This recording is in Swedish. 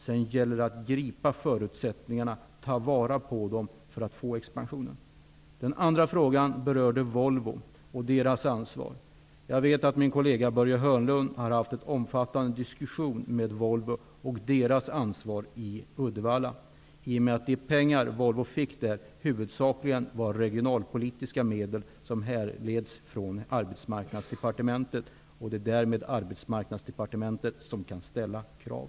Sedan gäller det att ta vara på förutsättningarna för att få en expansion. Den andra frågan rörde Volvo och dess ansvar. Jag vet att min kollega Börje Hörnlund har haft en omfattande diskussion med Volvo om dess ansvar i Uddevalla. De pengar som Volvo där fått var huvudsakligen regionalpolitiska medel som härleds från Arbetsmarknadsdepartementet. Därmed är det Arbetsmarknadsdepartementet som kan ställa krav.